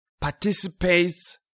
participates